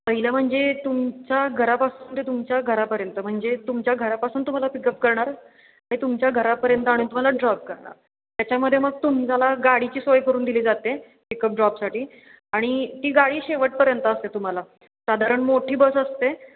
पहिलं म्हणजे तुमच्या घरापासून ते तुमच्या घरापर्यंत म्हणजे तुमच्या घरापासून तुम्हाला पिकअप करणार ते तुमच्या घरापर्यंत आणि तुम्हाला ड्रॉप करणार त्याच्यामध्ये मग तुम्हाला गाडीची सोय करून दिली जाते पिकअप ड्रॉपसाठी आणि ती गाडी शेवटपर्यंत असते तुम्हाला साधारण मोठी बस असते